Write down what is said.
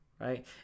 right